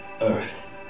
Earth